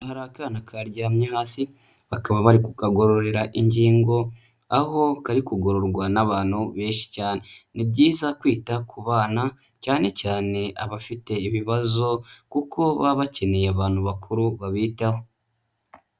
Hari akana karyamye hasi, bakaba bari kukagororera ingingo, aho kari kugororwa n'abantu benshi cyane. Ni byiza kwita ku bana, cyane cyane abafite ibibazo kuko baba bakeneye abantu bakuru babitaho.